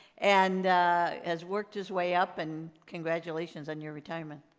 and has worked his way up and congratulations on your retirement.